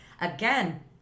again